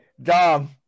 Dom